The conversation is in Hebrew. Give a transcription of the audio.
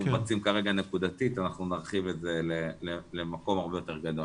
אנחנו מבצעים כרגע נקודתית ואנחנו נרחיב את זה למקום הרבה יותר גדול.